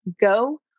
go